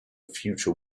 future